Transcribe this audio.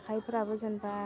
आखाइफ्राबो जेनेबा